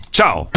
ciao